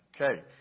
Okay